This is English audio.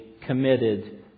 committed